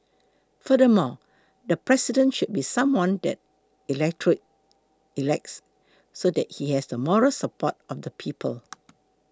furthermore the President should be someone that the electorate elects so that he has the moral support of the people